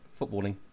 Footballing